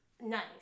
Nice